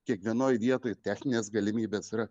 kiekvienoj vietoj techninės galimybės yra